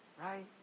right